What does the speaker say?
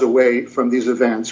away from these events